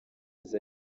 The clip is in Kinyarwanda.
aza